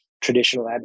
traditional